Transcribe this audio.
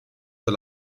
zur